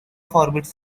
forbids